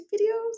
videos